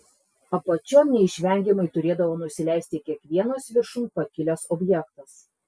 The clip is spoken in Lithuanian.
apačion neišvengiamai turėdavo nusileisti kiekvienas viršun pakilęs objektas